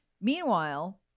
Meanwhile